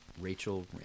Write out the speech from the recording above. Rachel